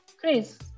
Chris